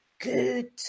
good